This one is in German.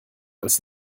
als